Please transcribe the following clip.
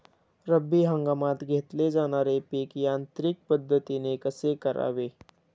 रब्बी हंगामात घेतले जाणारे पीक यांत्रिक पद्धतीने कसे करावे?